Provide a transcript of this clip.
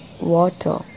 water